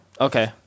Okay